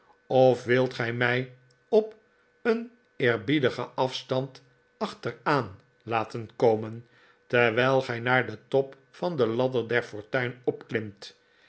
of wilt gij mij op een eerbiedigen afstand achteraan laten komen terwijl gij naar den top van de ladder der fortuin